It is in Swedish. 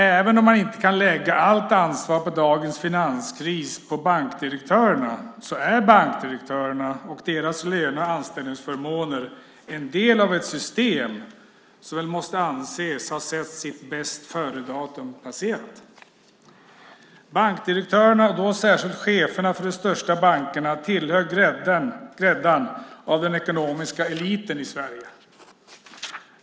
Även om man inte kan lägga allt ansvar för dagens finanskris på bankdirektörerna är bankdirektörerna och deras löne och anställningsförmåner en del av ett system som måste anses ha sett sitt bäst-före-datum passera. Bankdirektörerna, särskilt cheferna för de största bankerna, tillhör gräddan av den ekonomiska eliten i Sverige.